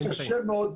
נמצאים.